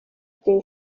igihe